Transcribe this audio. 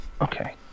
Okay